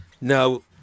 no